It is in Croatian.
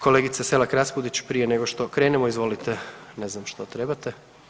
Kolegice Selak Raspudić prije nego što krenemo izvolite, ne znam što trebate.